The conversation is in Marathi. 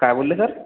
काय बोलले सर